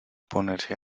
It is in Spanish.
ponerse